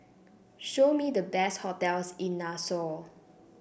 show me the best hotels in Nassau